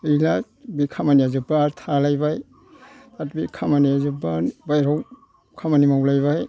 गैला बे खामानिया जोबबा आरो थालायबाय आरो बे खामानिया जोबबा बाह्रायाव खामानि मावलायबाय